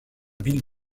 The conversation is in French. ville